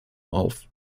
auf